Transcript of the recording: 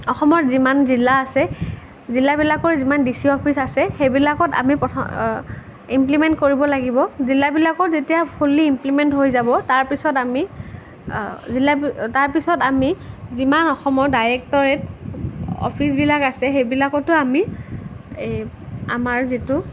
অসমৰ যিমান জিলা আছে জিলাবিলাকত যিমান ডি চি অফিচ আছে সেইবিলাকত আমি প্ৰথম ইমপ্লিমেণ্ট কৰিব লাগিব জিলাবিলাকত যেতিয়া ফুল্লি ইমপ্লিমেণ্ট হৈ যাব তাৰ পিছত আমি জিলা তাৰ পিছত আমি যিমান অসমত ডাইৰক্টেৰেট অফিচবিলাক আছে সেইবিলাকতো আমি এই আমাৰ যিটো